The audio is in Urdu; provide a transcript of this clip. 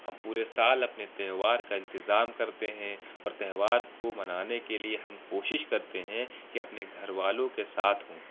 ہم پورے سال اپنے تہوار کا انتظام کرتے ہیں اور تہوار کو منانے کے لیے ہم کوشش کرتے ہیں کہ اپنے گھر والوں کے ساتھ ہوں